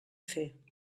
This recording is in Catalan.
fer